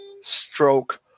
stroke